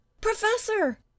Professor